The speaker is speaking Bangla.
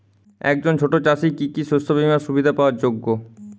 একজন ছোট চাষি কি কি শস্য বিমার সুবিধা পাওয়ার যোগ্য?